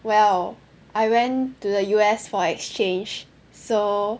well I went to the U_S for exchange so